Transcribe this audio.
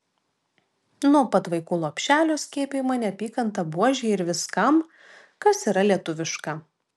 nuo pat vaikų lopšelio skiepijama neapykanta buožei ir viskam kas yra lietuviška